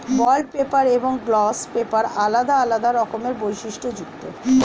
bond paper এবং gloss paper আলাদা আলাদা রকমের বৈশিষ্ট্যযুক্ত